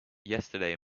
yesterday